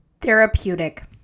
therapeutic